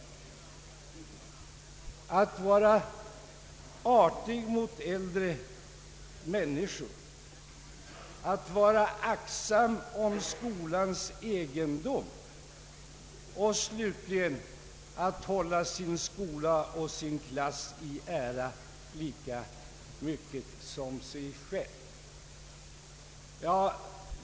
Elev skall vara artig mot äldre människor, vara aktsam om skolans egendom och slutligen hålla sin skola och klass i ära lika mycket som sig själv.